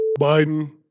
Biden